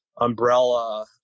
umbrella